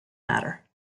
matter